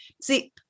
See